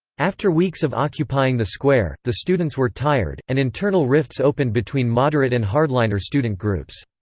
after weeks of occupying the square, the students were tired, and internal rifts opened between moderate and hardliner student groups.